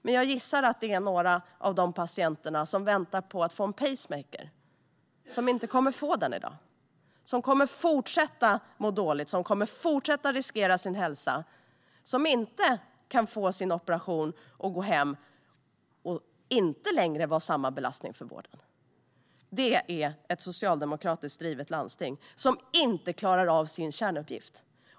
Men jag gissar att några av de patienter som väntar på att få en pacemaker kommer inte att få den i dag. De kommer att fortsätta må dåligt med fortsatt risk för hälsan. De kan inte få sin operation och gå hem för att sedan inte längre vara samma belastning för vården. Det här är ett socialdemokratiskt drivet landsting som inte klarar av sin kärnuppgift.